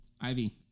Ivy